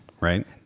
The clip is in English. right